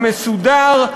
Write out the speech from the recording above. המסודר,